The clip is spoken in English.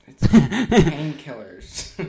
Painkillers